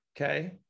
Okay